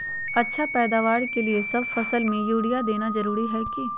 अच्छा पैदावार के लिए सब फसल में यूरिया देना जरुरी है की?